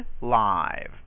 live